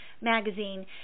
magazine